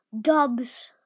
Dubs